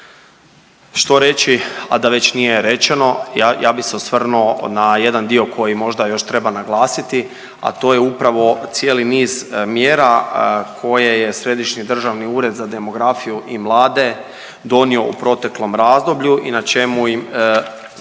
Što reći, a da već nije rečeno, ja bih se osvrnuo na jedan dio koji možda još treba naglasiti, a to je upravo cijeli niz mjera koje je Središnji državni ured za demografiju i mlade donio u proteklom razdoblju i na čemu im